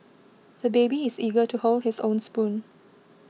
the baby is eager to hold his own spoon